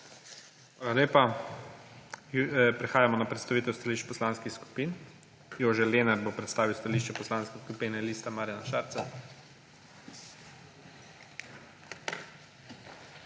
Hvala lepa. Prehajamo na predstavitev stališč poslanskih skupin. Jože Lenart bo predstavil stališče Poslanske skupine Lista Marjana Šarca.